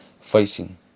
facing